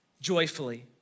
joyfully